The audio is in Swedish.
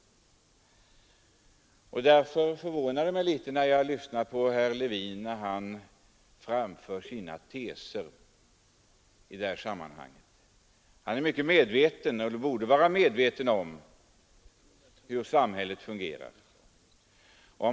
Därför förvånar det mig litet när herr Levin framför sina teser. Han borde vara medveten om hur samhället fungerar.